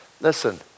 Listen